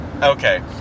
okay